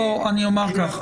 אני אומר כך,